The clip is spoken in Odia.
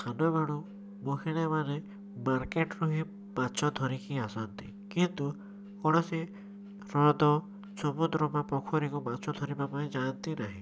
ସାନବେଳୁ ମହିଳାମାନେ ମାର୍କେଟରୁ ହିଁ ମାଛ ଧରିକି ଆସନ୍ତି କିନ୍ତୁ କୌଣସି ସାଧାରଣତଃ ସମୁଦ୍ର ବା ପୋଖରୀକୁ ମାଛ ଧରିବା ପାଇଁ ଯାଆନ୍ତି ନାହିଁ